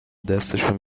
دستشون